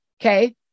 okay